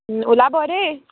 ওলাব দেই